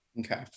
Okay